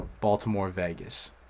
Baltimore-Vegas